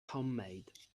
homemade